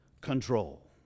control